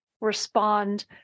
respond